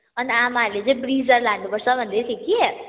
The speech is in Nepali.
अनि आमाहरूले चाहिँ ब्रिजर लानुपर्छ भन्दैथियो कि